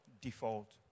default